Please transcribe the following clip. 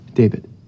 David